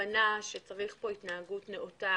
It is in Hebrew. הבנה שצריך פה התנהגות נאותה,